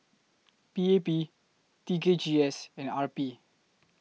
P A P T K G S and R P